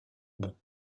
bons